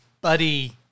buddy